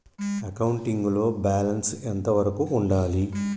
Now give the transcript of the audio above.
Accounting లో balance ఎంత వరకు ఉండాలి?